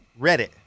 Reddit